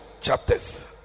chapters